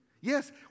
yes